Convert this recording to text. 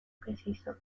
preciso